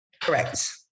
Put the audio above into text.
Correct